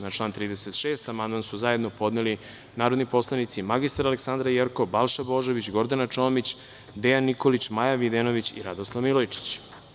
Na član 36. amandman su zajedno podneli narodni poslanici mr Aleksandra Jerkov, Balša Božović, Gordana Čomić, Dejan Nikolić, Maja Videnović i Radoslav Milojičić.